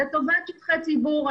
לטובת שטחי ציבור.